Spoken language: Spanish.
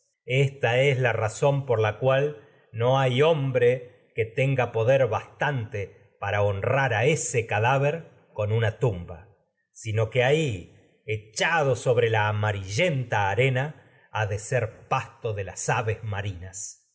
esta la razón por la cual hay hombre que ese tenga una poder bastante que para honrar a cadáver con amarillenta tumba sino ahi echado sobre la arena no ha de ser pasto de las aves marinas